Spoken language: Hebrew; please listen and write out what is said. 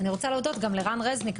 אני רוצה להודות גם לרן רזניק,